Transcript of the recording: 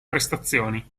prestazioni